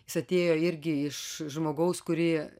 jis atėjo irgi iš žmogaus kurį